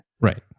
right